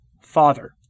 Father